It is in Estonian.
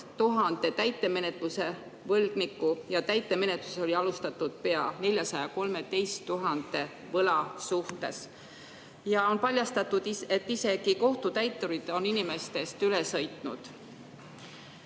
täitemenetluse võlgniku ja täitemenetlust oli alustatud pea 413 000 võla suhtes. On paljastatud, et isegi kohtutäiturid on inimestest üle sõitnud.